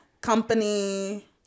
Company